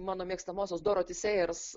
mano mėgstamosios doroti sejers